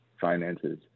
finances